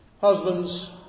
Husbands